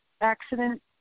accident